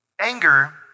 Anger